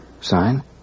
Sign